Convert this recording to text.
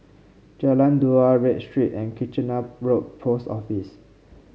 Jalan Dua Read Street and Kitchener Road Post Office